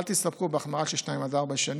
אל תסתפקו בהחמרה של 2 4 שנים,